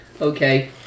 Okay